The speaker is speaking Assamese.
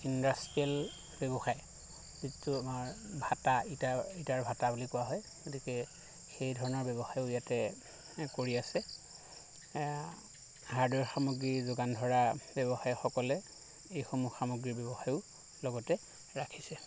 ইণ্ডাষ্ট্ৰিয়েল ব্যৱসায় যিটো আমাৰ ভাটা ইটাৰ ইটাৰ ভাটা বুলি কোৱা হয় গতিকে সেই ধৰণৰ ব্যৱসায়ো ইয়াতে কৰি আছে হাৰ্ডৱেৰ সামগ্ৰী যোগান ধৰা ব্যৱসায়ীসকলে এইসমূহ সামগ্ৰীৰ ব্যৱসায়ো লগতে ৰাখিছে